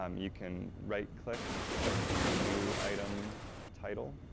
um you can right-click, and do new item title.